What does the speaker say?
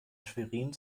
schwerin